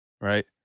right